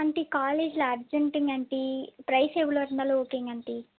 aunty காலேஜில் அர்ஜெண்ட்டுங்க aunty price எவ்வளோ இருந்தாலும் ஓகேங்க ஆண்ட்டி